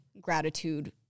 gratitude